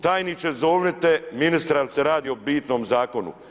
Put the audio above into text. Tajniče, zovnite ministra jer se radi o bitnom zakonu.